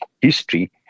history